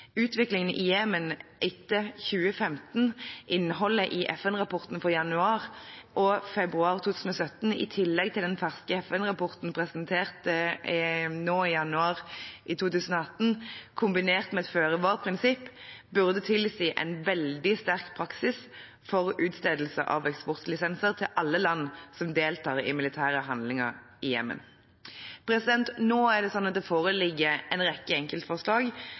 Utviklingen i Jemen etter 2015, innholdet i FN-rapporten for januar og februar 2017, i tillegg til den ferske FN-rapporten presentert nå i januar i 2018, kombinert med et føre var-prinsipp, burde tilsi en veldig sterk praksis for utstedelse av eksportlisenser til alle land som deltar i militære handlinger i Jemen. Det foreligger en rekke enkeltforslag i begge innstillingene vi behandler nå.